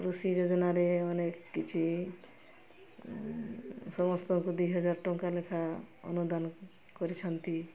କୃଷି ଯୋଜନାରେ ଅନେକ କିଛି ସମସ୍ତଙ୍କୁ ଦୁଇହଜାର ଟଙ୍କା ଲେଖା ଅନୁଦାନ କରିଛନ୍ତି